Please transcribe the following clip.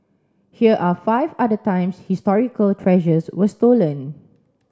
here are five other times historical treasures were stolen